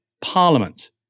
Parliament